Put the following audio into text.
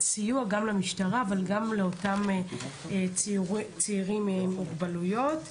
סיוע גם למשטרה אבל גם לאותם צעירים עם מוגבלויות.